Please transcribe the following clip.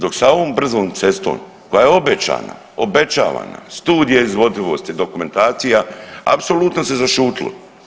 Dok sa ovom brzom cestom koja je obećana, obećavana, studije izvodivosti, dokumentacija, apsolutno se zašutilo.